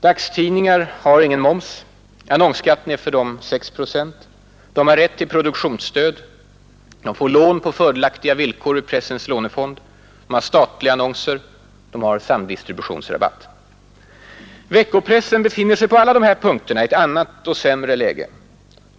Dagstidningar har ingen moms, annonsskatten är för dem 6 procent, de har rätt till produktionsstöd, de får lån på fördelaktiga villkor ur Pressens lånefond, de har statliga annonser och de har samdistributionsrabatt. Veckopressen befinner sig på alla de här punkterna i ett annat och sämre läge.